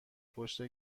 پشت